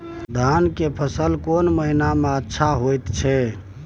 धान के फसल कोन महिना में अच्छा होय छै?